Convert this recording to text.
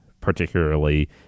particularly